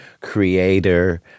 creator